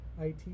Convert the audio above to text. I-T